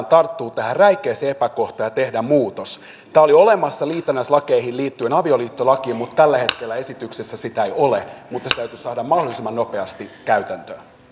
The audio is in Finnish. tarttua tähän räikeään epäkohtaan ja tehdä muutos tämä oli olemassa liitännäislakeihin liittyen avioliittolakiin tällä hetkellä esityksessä sitä ei ole mutta se täytyisi saada mahdollisimman nopeasti käytäntöön